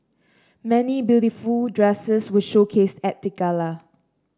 many beautiful dresses were showcased at the gala